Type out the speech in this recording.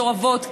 מסורבות גט,